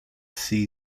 see